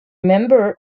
member